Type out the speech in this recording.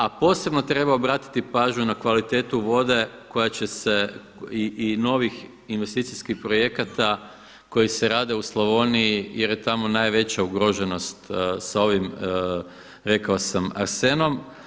A posebno treba obratiti pažnju na kvalitetu vode koja će se i novih investicijskih projekata koji se rade u Slavoniji jer je tamo najveća ugroženost sa ovim rekao sam arsenom.